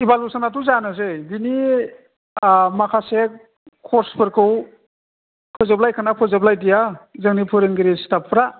एभालुवेस'नाथ' जानोसै बेनि माखासे कर्सफोरखौ फोजोबलायखोना फोजोबलायदिया जोंनि फोरोंगिरि स्थाफफोरा